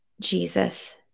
Jesus